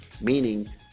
meaning